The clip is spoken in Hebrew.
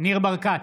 ניר ברקת,